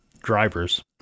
drivers